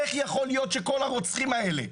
איך יכול להיות שכל הרוצחים האלה,